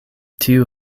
tiu